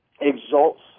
exalts